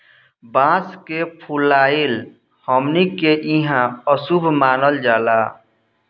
बांस के फुलाइल हमनी के इहां अशुभ मानल जाला